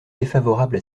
défavorable